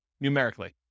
numerically